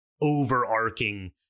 overarching